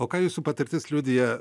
o ką jūsų patirtis liudija